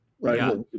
right